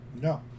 No